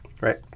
right